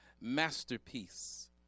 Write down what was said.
Masterpiece